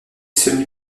semi